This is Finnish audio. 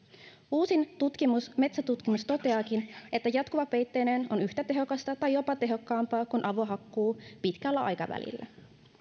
uusin metsätutkimus toteaakin että jatkuvapeitteinen on yhtä tehokasta tai jopa tehokkaampaa kuin avohakkuu pitkällä aikavälillä